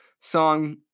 song